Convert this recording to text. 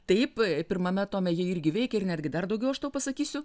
taip pirmame tome ji irgi veikia ir netgi dar daugiau aš tau pasakysiu